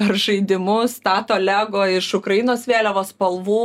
per žaidimus stato lego iš ukrainos vėliavos spalvų